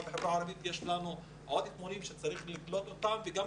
אבל בחברה הערבית יש לנו עודף מורים שצריך לקלוט אותם וגם